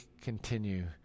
continue